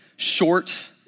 short